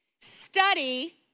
study